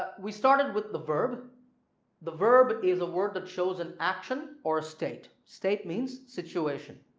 we started with the verb the verb is a word that shows an action or state state means situation.